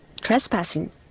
trespassing